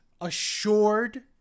assured